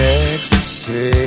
ecstasy